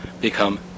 become